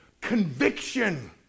conviction